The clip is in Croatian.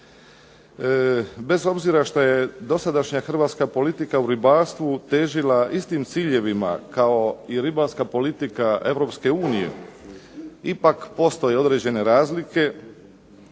Bez obzira što je dosadašnja hrvatska politika u ribarstvu težila istim ciljevima kao i ribarska politika EU, ipak postoje određene razlike,